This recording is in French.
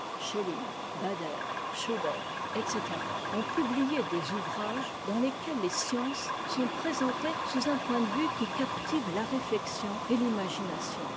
schubert etc ont publié des ouvrages dans lesquels les sciences sont présentées sous un point de vue qui captive la réflexion et l'imagination